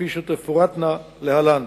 כפי שתפורטנה להלן.